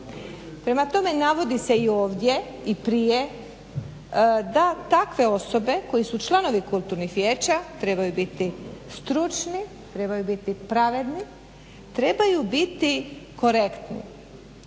Prema tome navodi se ovdje i prije da takve osobe koji su članovi kulturnog vijeća trebaju biti stručni, trebaju biti pravedni, trebaju biti korektni.